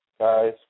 guys